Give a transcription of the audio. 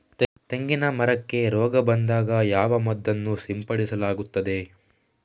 ತೆಂಗಿನ ಮರಕ್ಕೆ ರೋಗ ಬಂದಾಗ ಯಾವ ಮದ್ದನ್ನು ಸಿಂಪಡಿಸಲಾಗುತ್ತದೆ?